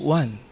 one